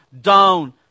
down